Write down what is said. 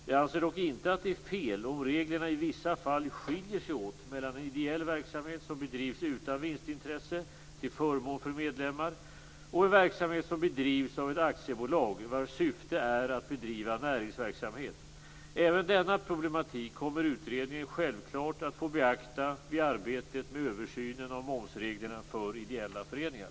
Jag anser dock inte att det är fel om reglerna i vissa fall skiljer sig åt mellan en ideell verksamhet som bedrivs utan vinstintresse till förmån för medlemmar och en verksamhet som bedrivs av ett aktiebolag, vars syfte är att bedriva näringsverksamhet. Även denna problematik kommer utredningen självklart att få beakta vid arbetet med översynen av momsreglerna för ideella föreningar.